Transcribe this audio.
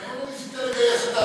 למה לא ניסית לגייס את הערבים?